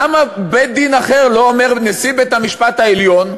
למה בית-דין אחר לא אומר: נשיא בית המשפט העליון,